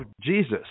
Jesus